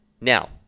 Now